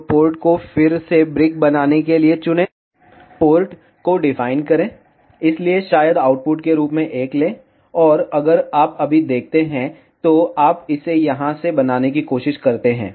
तो पोर्ट को फिर से ब्रिक बनाने के लिए चुनें पोर्ट को डिफाइन करें इसलिए शायद आउटपुट के रूप में 1 लें और अगर आप अभी देखते हैं तो आप इसे यहां से बनाने की कोशिश करते हैं